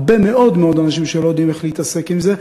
הרבה מאוד מאוד אנשים לא יודעים איך להתעסק עם זה.